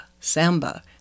samba